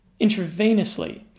intravenously